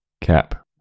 Cap